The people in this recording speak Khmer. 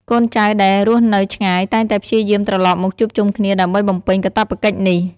កូនចៅដែលរស់នៅឆ្ងាយតែងតែព្យាយាមត្រឡប់មកជួបជុំគ្នាដើម្បីបំពេញកាតព្វកិច្ចនេះ។